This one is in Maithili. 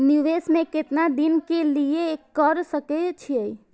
निवेश में केतना दिन के लिए कर सके छीय?